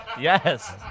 Yes